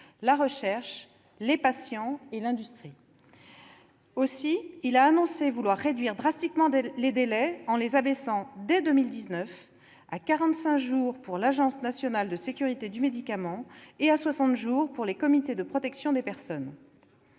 la recherche, les patients et l'industrie. Aussi, il a annoncé vouloir réduire drastiquement les délais, en les abaissant dès 2019 à 45 jours pour l'Agence nationale de sécurité du médicament, et à 60 jours pour les comités de protection des personnes.